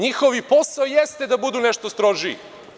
Njihov posao jeste da budu nešto strožiji.